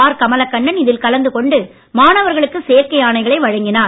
R Kamalakannan இதில் கலந்து கொண்டு மாணவர்களுக்கு சேர்க்கை ஆணைகளை வழங்கினார்